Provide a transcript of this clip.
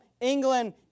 England